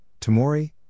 Tamori